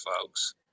folks